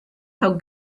how